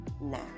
now